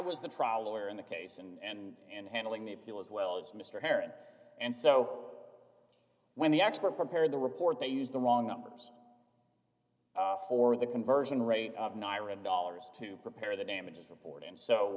was the trial lawyer in the case and in handling the appeal as well as mr heron and so when the expert prepared the report they used the wrong numbers for the conversion rate of niren dollars to prepare the damages report and so